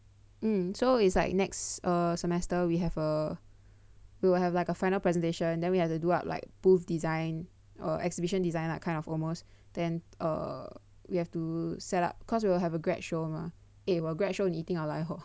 mm so it's like next err semester we have a we will have like a final presentation then we have to do up like booth design or exhibition design lah kind of almost then err we have to set up cause we will have a grad show mah eh 我的 grad show 你一定要来 hor please